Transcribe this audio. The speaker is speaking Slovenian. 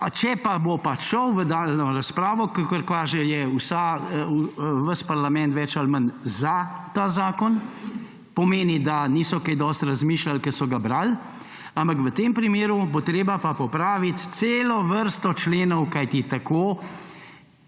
Če pa bo pa šel v nadaljnjo razpravo, kakor kaže, je ves parlament več ali manj za ta zakon, pomeni, da niso kaj dosti razmišljali, ko so ga brali, ampak v tem primeru bo treba pa popraviti celo vrsto členov, kajti tako